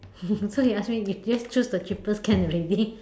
so he ask me just choose the cheapest can already